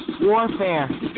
warfare